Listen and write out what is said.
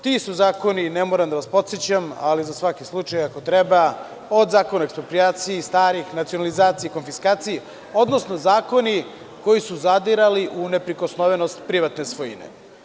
Ti su zakoni, ne moram da vas podsećam, ali za svaki slučaj, ako treba, od Zakona o eksproprijaciji, starih, nacionalizaciji, konfiskaciji, odnosno zakoni koji su zadirali u neprikosnovenost privatne svojine.